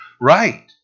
Right